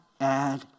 add